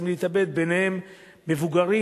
ביניהם מבוגרים.